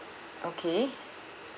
okay